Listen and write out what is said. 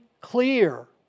clear